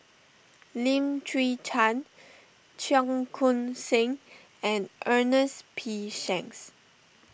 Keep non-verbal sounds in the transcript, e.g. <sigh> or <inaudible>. <noise> Lim Chwee Chian Cheong Koon Seng and Ernest P Shanks